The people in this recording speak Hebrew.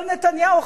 אבל נתניהו,